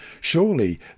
Surely